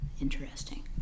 Interesting